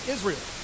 Israel